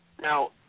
Now